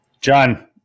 John